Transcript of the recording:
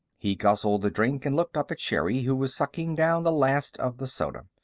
he guzzled the drink and looked up at sherri, who was sucking down the last of the soda.